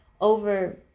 over